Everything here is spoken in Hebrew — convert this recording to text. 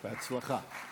בהצלחה.